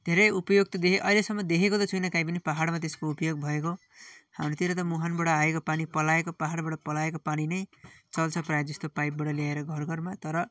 धेरै उपयोग त देखेँ अहिँलेसम्म देखेको त छुइनँ काहीँ पनि पाहाडमा त्यसको उपयोग भएको हाम्रोतिर त मुहानबाट आएको पानी पलाएको पाहाडबाट पलाएको पानी नै चल्छ प्रायः जस्तो पाइपबाट ल्याएर घरघरमा तर